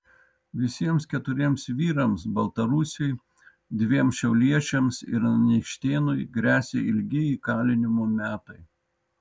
visiems keturiems vyrams baltarusiui dviem šiauliečiams ir anykštėnui gresia ilgi įkalinimo metai